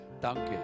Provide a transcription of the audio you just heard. Danke